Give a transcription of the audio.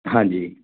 ਹਾਂਜੀ